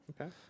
Okay